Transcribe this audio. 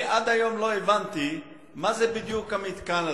אני עד היום לא הבנתי מה זה בדיוק המתקן הזה.